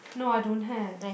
no I don't have